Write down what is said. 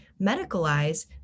medicalize